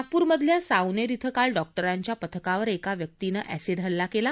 नागपुरमधल्या साओनेर शिं काल डॉक्टरांच्या पथकावर एका व्यक्तीनं अॅसीड हल्ला केला